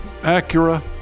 Acura